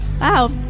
Wow